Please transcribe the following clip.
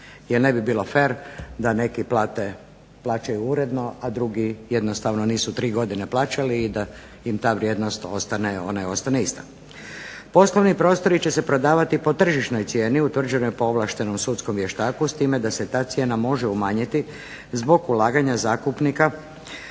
jer ne bi bilo fer da neki plaćaju uredno, a drugi jednostavno nisu 3 godine plaćali i da im ta vrijednost ostane ista. Poslovni prostori će se prodavati po tržišnoj cijeni utvrđenoj po ovlaštenom sudskom vještaku s time da se ta cijena može umanjiti zbog ulaganja zakupnika